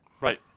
Right